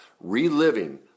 reliving